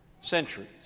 centuries